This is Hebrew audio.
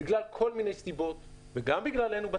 בגלל כל מיני סיבות ובטוח שגם בגללנו,